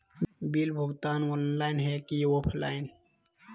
Bill भुगतान online है की ऑफलाइन?